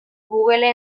google